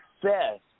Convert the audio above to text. success